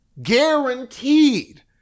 guaranteed